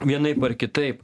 vienaip ar kitaip